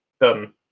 Done